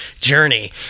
journey